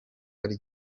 yari